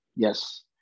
Yes